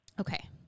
Okay